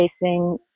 facing